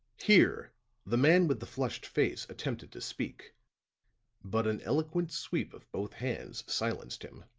here the man with the flushed face attempted to speak but an eloquent sweep of both hands silenced him.